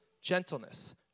gentleness